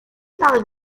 par